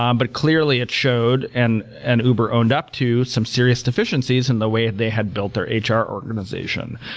um but clearly, it showed, and and uber owned up to some serious deficiencies in the way that they had built their ah hr organization.